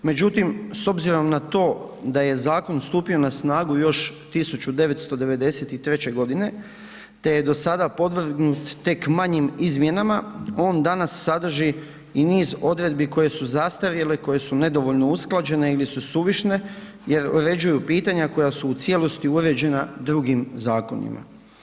Međutim, s obzirom na to da je zakon stupio na snagu još 1993. godine te je do sada podvrgnut tek manjim izmjenama, on danas sadrži i niz odredbi koje su zastarjele, koje su nedovoljno usklađene ili su suviše jer uređuju pitanja koja su u cijelosti uređena drugim zakonima.